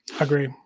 Agree